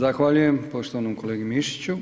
Zahvaljujem poštovanom kolegi Mišiću.